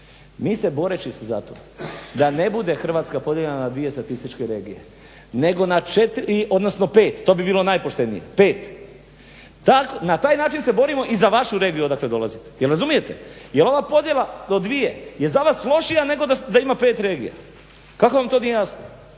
Mi se boreći za to da ne bude Hrvatska podijeljena na dvije statističke regije, nego na 4 odnosno 5, to bi bilo najpoštenije 5. Na taj način se borimo i za vašu regiju odakle dolazite. Jel' razumijete? Jer ova podjela na dvije je za vas lošija nego da ima 5 regija. Kako vam to nije jasno.